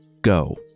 Go